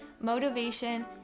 motivation